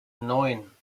neun